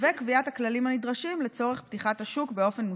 וקביעת הכללים הנדרשים לצורך פתיחת השוק באופן מושכל,